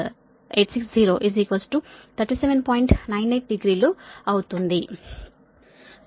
98 degree లు అవుతుంది